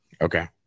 Okay